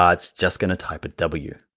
um it's just gonna type a w,